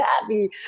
happy